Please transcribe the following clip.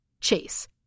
Chase